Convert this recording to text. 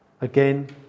again